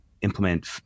implement